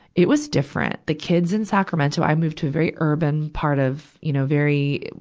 it was different, the kids in sacramento i moved to a very urban part of, you know very,